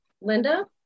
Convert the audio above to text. Linda